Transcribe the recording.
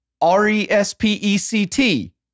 R-E-S-P-E-C-T